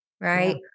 Right